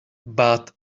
but